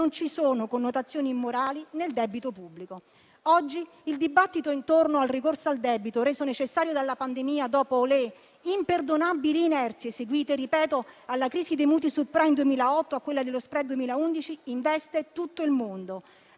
non ci sono connotazioni morali nel debito pubblico. Oggi il dibattito intorno al ricorso al debito, reso necessario dalla pandemia, dopo le imperdonabili inerzie seguite alla crisi dei mutui *subprime* del 2008 e a quello dello *spread* del 2011, investe tutto il mondo.